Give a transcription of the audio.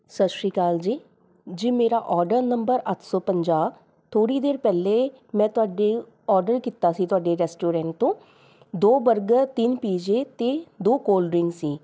ਸਤਿ ਸ਼੍ਰੀ ਅਕਾਲ ਜੀ ਜੀ ਮੇਰਾ ਔਡਰ ਨੰਬਰ ਅੱਠ ਸੌ ਪੰਜਾਹ ਥੋੜ੍ਹੀ ਦੇਰ ਪਹਿਲੇ ਮੈਂ ਤੁਹਾਡੇ ਔਡਰ ਕੀਤਾ ਸੀ ਤੁਹਾਡੇ ਰੈਸਟੋਰੈਂਟ ਤੋਂ ਦੋ ਬਰਗਰ ਤਿੰਨ ਪੀਜ਼ੇ ਅਤੇ ਦੋ ਕੋਲਡ ਡਰਿੰਕ ਸੀ